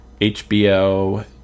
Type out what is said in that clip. HBO